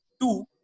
Two